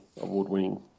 Award-winning